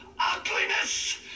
ugliness